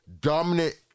dominant